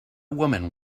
woman